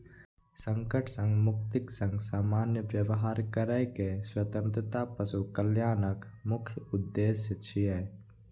संकट सं मुक्तिक संग सामान्य व्यवहार करै के स्वतंत्रता पशु कल्याणक मुख्य उद्देश्य छियै